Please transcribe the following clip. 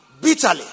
bitterly